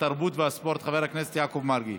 התרבות והספורט חבר הכנסת יעקב מרגי,